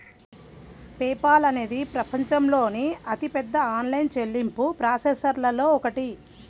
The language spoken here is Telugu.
పే పాల్ అనేది ప్రపంచంలోని అతిపెద్ద ఆన్లైన్ చెల్లింపు ప్రాసెసర్లలో ఒకటి